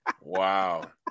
Wow